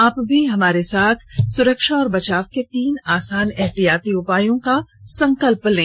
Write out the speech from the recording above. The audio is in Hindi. आप भी हमारे साथ सुरक्षा और बचाव के तीन आसान एहतियाती उपायों का संकल्प लें